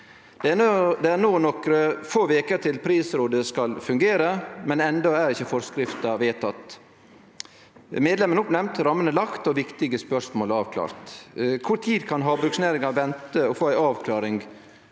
Det er nå nokre få veker til prisrådet skal fungere, men endå er ikkje forskrifta vedtatt, medlemmene oppnemnt, rammene lagt og viktige spørsmål avklart. Kva tid kan havbruksnæringa vente å få ei avklaring